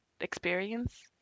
experience